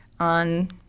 on